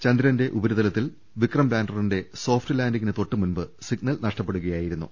ചന്ദ്രന്റെ ഉപരിതലത്തിൽ വിക്രം ലാന്ററിന്റെ സോഫ്റ്റ്ലാന്റിംഗിന് തൊട്ടുമുൻപ് സിഗ്നൽ നഷ്ടപ്പെടുകയായി രുന്നു